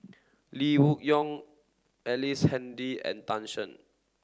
Lee Wung Yew Ellice Handy and Tan Shen